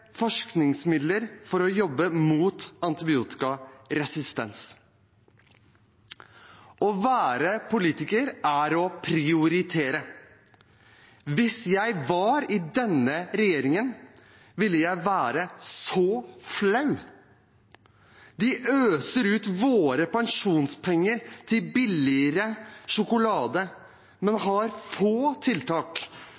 forskningsmidler for å jobbe mot antibiotikaresistens Å være politiker er å prioritere. Hvis jeg var i denne regjeringen, ville jeg være så flau. De øser ut våre pensjonspenger til billigere sjokolade, men